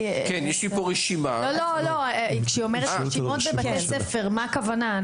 "רשימות בבתי ספר" מהי הכוונה?